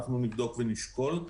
אנחנו נבדוק ונשקול.